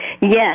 Yes